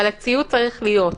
אבל הציות צריך להיות,